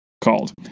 called